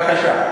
בבקשה.